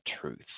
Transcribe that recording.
truth